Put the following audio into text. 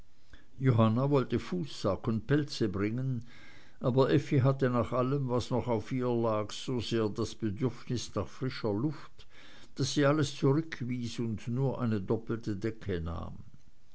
johanna wollte fußsack und pelze bringen aber effi hatte nach allem was noch auf ihr lag so sehr das bedürfnis nach frischer luft daß sie alles zurückwies und nur eine doppelte decke nahm